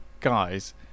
Guys